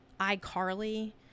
iCarly